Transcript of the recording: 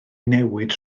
newid